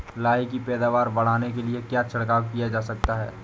लाही की पैदावार बढ़ाने के लिए क्या छिड़काव किया जा सकता है?